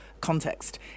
context